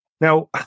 Now